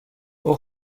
اوه